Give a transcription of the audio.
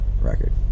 record